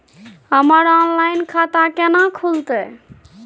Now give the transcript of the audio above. हमर ऑनलाइन खाता केना खुलते?